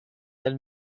del